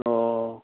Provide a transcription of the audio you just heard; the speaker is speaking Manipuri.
ꯑꯣ